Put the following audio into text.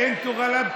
אלוהים אדירים,